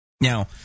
Now